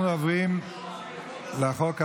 אנחנו עוברים לחוק הבא,